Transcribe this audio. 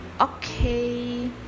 okay